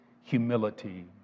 humility